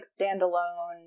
standalone